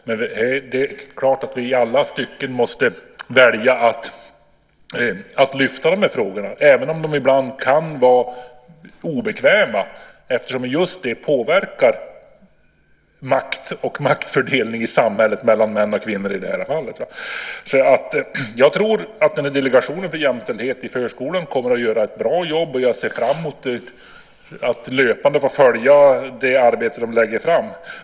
Det är klart att vi i alla stycken måste välja att lyfta fram de här frågorna, även om de ibland kan vara obekväma, eftersom de just påverkar makt och maktfördelning i samhället mellan män och kvinnor. Jag tror att Delegationen för jämställdhet i förskolan kommer att göra ett bra jobb. Och jag ser fram mot att löpande få följa det arbete de lägger fram.